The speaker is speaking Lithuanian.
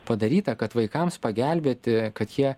padaryta kad vaikams pagelbėti kad jie